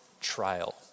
trial